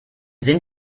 sind